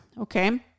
Okay